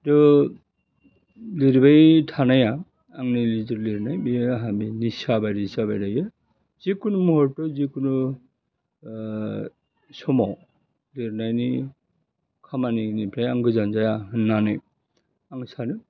तु लिरबाय थानाया आंनि जितु लिरनाय बेयो आहा बि निसा बायदिसो जाबाय थायो जिखुनु मुहरथआव जिखुनु समाव लिरनायनि खामानिनिफ्राय आं गोजान जाया होननानै आं सानो